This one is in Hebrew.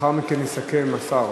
לאחר מכן יסכם השר